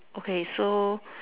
okay so